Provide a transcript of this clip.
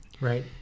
right